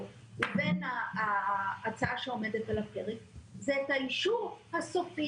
לבין ההצעה שעומדת על הפרק זה את האישור הסופי,